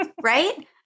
right